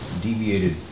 Deviated